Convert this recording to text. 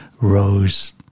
Rose